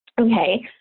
okay